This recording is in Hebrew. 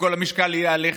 וכל המשקל יהיה עליך.